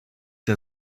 der